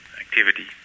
activity